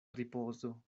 ripozo